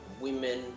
women